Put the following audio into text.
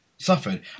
suffered